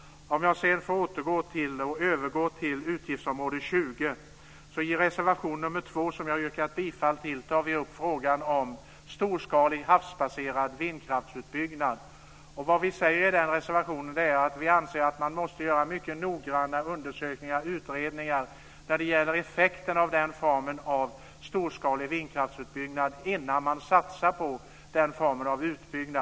Jag återgår sedan till utgiftsområde 20. I reservation 2, som jag yrkat bifall till, tar vi upp frågan om storskalig havsbaserad vindkraftsutbyggnad. Vad vi säger i reservationen är att vi anser att man måste göra mycket noggranna undersökningar och utredningar när det gäller effekten av denna form av storskalig vindkraftsutbyggnad innan man satsar på den.